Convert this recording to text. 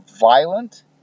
violent